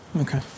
Okay